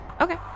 Okay